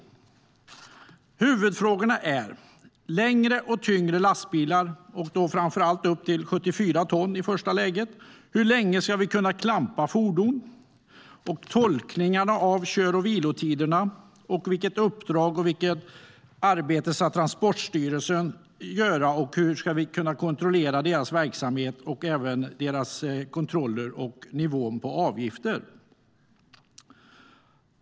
Huvudfrågorna är längre och tyngre lastbilar, och framför allt upp till 74 ton i första läget, hur länge vi ska kunna klampa fordon, tolkningarna av kör och vilotiderna samt vilket uppdrag och vilket arbete som Transportstyrelsen ska ha och hur vi ska kunna kontrollera deras verksamhet och även deras kontroller och nivån på avgifter.